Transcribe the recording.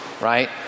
Right